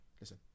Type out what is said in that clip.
Listen